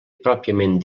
pròpiament